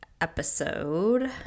Episode